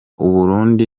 uburundi